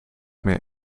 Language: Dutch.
meer